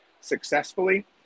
successfully